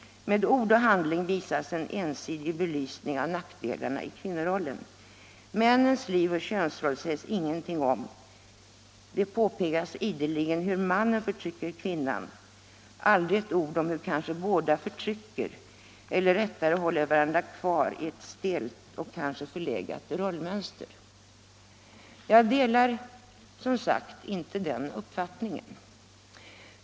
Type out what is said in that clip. Med ord och handling visas en ensidig belysning av nackdelarna i kvinnorollen. Männens liv och könsroll sägs ingenting om. Det påpekas ideligen hur mannen förtrycker kvinnan, aldrig ett ord om hur kanske båda förtrycker eller rättare håller varandra kvar i ett stelt och kanske förlegat rollmönster. Jag delar som sagt inte den uppfattningen.